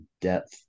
depth